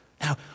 Now